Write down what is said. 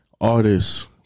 artists